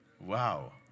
Wow